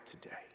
today